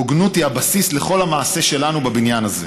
הוגנות היא הבסיס לכל המעשה שלנו בבניין הזה,